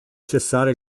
cessare